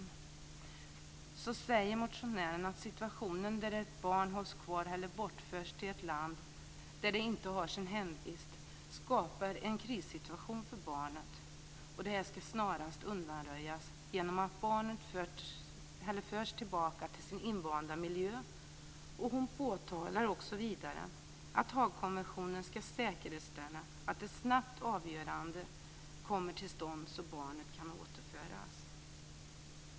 Där säger motionären att det skapas en krissituation för barnet om det hålls kvar eller bortförs till ett land där det inte har sin hemvist. Detta måste snarast undanröjas genom att barnet förs tillbaka till sin invanda miljö. Motionären påtalar vidare att Haagkonventionen ska säkerställa att ett snabbt avgörande kommer till stånd så att barnet kan återföras.